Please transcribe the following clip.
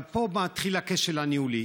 פה מתחיל הכשל הניהולי.